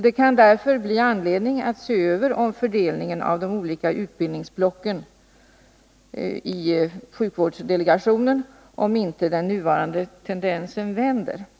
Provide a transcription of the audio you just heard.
Det kan därför bli anledning att i sjukvårdsdelegationen se över fördelningen av de olika utbildningsblocken, ominte den nuvarande tendensen vänder.